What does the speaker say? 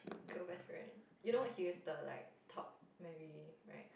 girl best friend you know he is the like top marry right